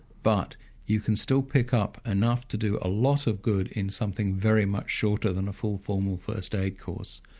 but you can still pick up enough to do a lot of good in something very much shorter than a full formal first aid course.